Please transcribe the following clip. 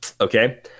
Okay